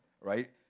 right